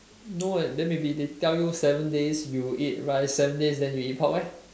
no leh then maybe they tell you seven days you eat rice seven days then you eat pork leh